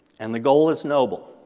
and the goal is noble.